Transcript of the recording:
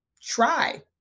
try